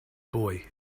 boy